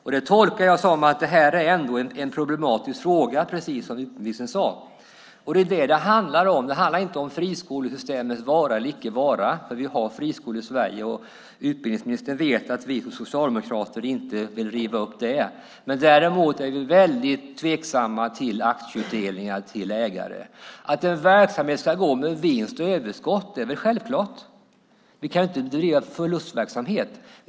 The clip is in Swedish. Jag tolkar det som att det ändå är en problematisk fråga, precis som utbildningsministern sade. Det är vad det handlar om. Det handlar inte om friskolesystemets vara eller icke vara. Vi har friskolor i Sverige. Utbildningsministern vet att vi socialdemokrater inte vill riva upp det. Däremot är vi väldigt tveksamma till aktieutdelningar till ägare. Att en verksamhet ska gå med vinst och överskott är väl självklart. Vi kan inte bedriva förlustverksamhet.